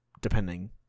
depending